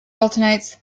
alternates